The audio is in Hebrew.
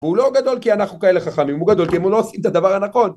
‫והוא לא גדול כי אנחנו כאלה חכמים, ‫הוא גדול כי הם לא עושים את הדבר הנכון.